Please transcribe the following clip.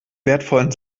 wertvollen